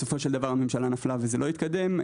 בסופו של דבר, הממשלה נפלה וזה לא התקדם.